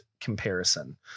comparison